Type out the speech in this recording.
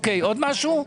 אוקיי, עוד משהו?